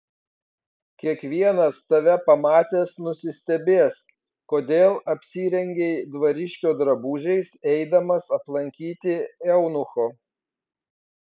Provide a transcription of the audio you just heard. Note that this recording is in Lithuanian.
kiekvienas tave pamatęs nusistebės kodėl apsirengei dvariškio drabužiais eidamas aplankyti eunucho